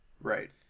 Right